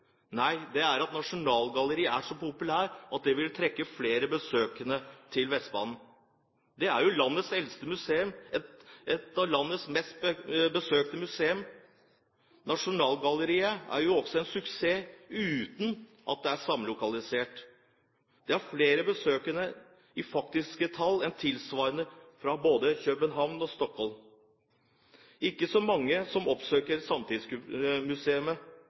Nei, det er fordi Nasjonalgalleriet er så populært at det vil trekke flere besøkende til Vestbanen. Det er jo landets eldste museum og et av landets mest besøkte museer. Nasjonalgalleriet er også en suksess, uten at det er samlokalisert. Det har flere besøkende – i faktiske tall – enn tilsvarende museer både i København og Stockholm. Det er ikke så mange som oppsøker